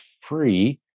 free